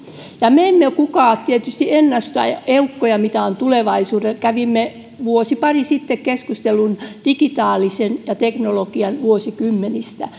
me emme tietysti ole ennustajaeukkoja siinä mitä on tulevaisuudessa mutta kävimme vuosi pari sitten keskustelun digitaalisuuden ja teknologian vuosikymmenistä